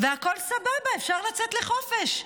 הכול סבבה, אפשר לצאת לחופש.